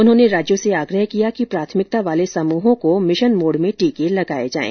उन्होंने राज्यों से आग्रह किया कि प्राथमिकता वाले समूहों को मिशन मोड में टीके लगाए जाएं